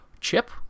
Chip